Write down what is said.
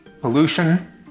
pollution